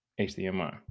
HDMI